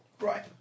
Right